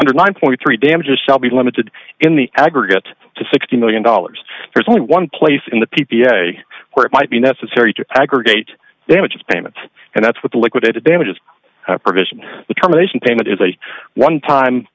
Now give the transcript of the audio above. under nine dollars damages shall be limited in the aggregate to sixty million dollars there's only one place in the p p a where it might be necessary to aggregate damages payment and that's what the liquidated damages provision determination payment is a one time